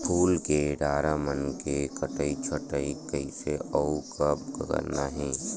फूल के डारा मन के कटई छटई कइसे अउ कब करना हे?